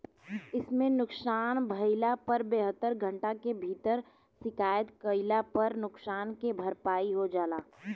एइमे नुकसान भइला पर बहत्तर घंटा के भीतर शिकायत कईला पर नुकसान के भरपाई हो जाला